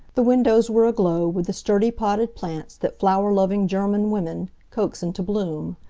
the windows were aglow with the sturdy potted plants that flower-loving german women coax into bloom.